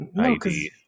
ID